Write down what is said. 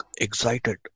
excited